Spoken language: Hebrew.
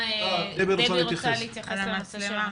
רוצה להתייחס לעניין המצלמות.